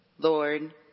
Lord